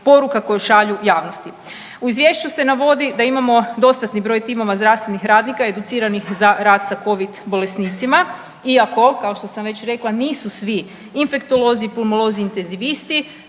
poruka koje šalju javnosti. U izvješću se navodi da imamo dostatni broj timova zdravstvenih radnika educiranih za rad sa covid bolesnicima, iako kao što sam već rekla nisu svi infektolozi, pulmolozi, intezivisti